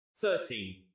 Thirteen